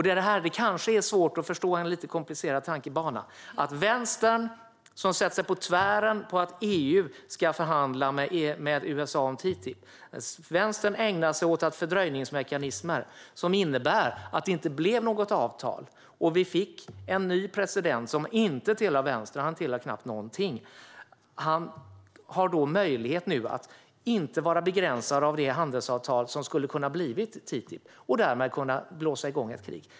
Det kanske är svårt att förstå en lite komplicerad tankebana, men att Vänstern satte sig på tvären när EU skulle förhandla med USA om TTIP och ägnade sig åt fördröjningsmekanismer innebar att det inte blev något avtal. Vi fick en ny president som inte tillhör vänstern - han tillhör knappt någonting. Han är inte begränsad av det handelsavtal som kunde ha blivit och har därmed möjlighet att blåsa igång ett handelskrig.